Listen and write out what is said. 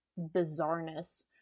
bizarreness